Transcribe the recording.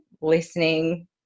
listening